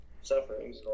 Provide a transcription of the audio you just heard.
sufferings